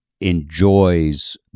enjoys